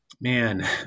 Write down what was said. Man